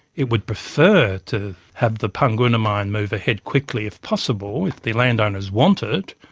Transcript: it would prefer to have the panguna mine move ahead quickly if possible, if the land owners want it,